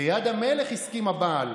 כיד המלך, הסכים הבעל.